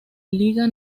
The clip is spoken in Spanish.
liga